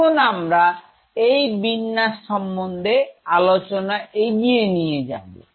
এখন আমরা এই বিন্যাস সম্বন্ধে আলোচনা এগিয়ে নিয়ে যাব